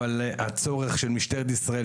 אבל הצורך של משטרת ישראל,